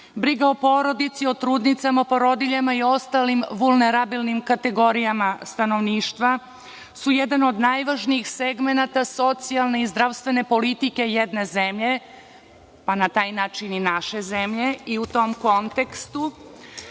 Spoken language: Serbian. Briga o porodici, o trudnicama, porodiljama i ostalim vulnerabilnim kategorijama stanovništva su jedan od najvažnijih segmenata socijalne i zdravstvene politike jedne zemlje, pa na taj način i naše zemlje. U tom kontekstu